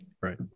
Right